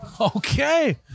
Okay